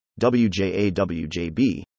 WJAWJB